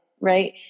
Right